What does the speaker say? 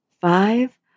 five